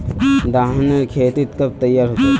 धानेर खेती कब तैयार होचे?